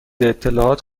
اطلاعات